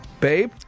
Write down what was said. babe